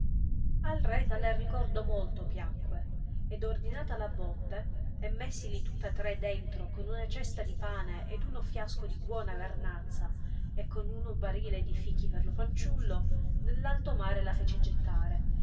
al re tale arpicordo molto piacque ed ordinata la botte e messili tutta tre dentro con una cesta di pane ed uno fiasco di buona vernazza e con uno barile di fichi per lo fanciullo nell'alto mare la fece gettare